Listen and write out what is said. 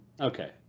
Okay